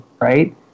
Right